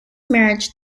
marriage